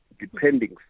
depending